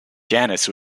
janis